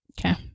okay